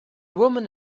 woman